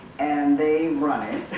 and they run it,